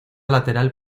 lateral